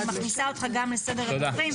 אני מכניסה אותך גם לסדר הדוברים.